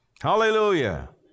Hallelujah